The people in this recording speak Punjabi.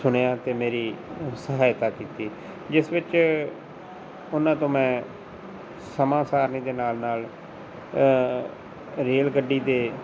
ਸੁਣਿਆ ਅਤੇ ਮੇਰੀ ਸਹਾਇਤਾ ਕੀਤੀ ਜਿਸ ਵਿੱਚ ਉਹਨਾਂ ਤੋਂ ਮੈਂ ਸਮਾਂ ਸਾਰਣੀ ਦੇ ਨਾਲ ਨਾਲ ਰੇਲ ਗੱਡੀ ਦੇ